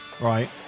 right